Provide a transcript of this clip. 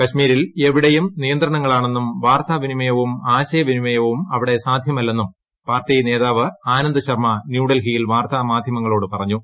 കശ്മീരിൽ എവിടെയും നിയന്ത്രണങ്ങളാണെന്നും വാർത്താ വിനിമയവും ആശയവിനിമയവും അവിടെ സാധ്യമല്ലെന്നും പാർട്ടി നേതാവ് ആനന്ദ് ശർമ്മ ന്യൂഡൽഹിയിൽ വാർത്താ മാധ്യമങ്ങളോട് പറഞ്ഞു